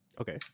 Okay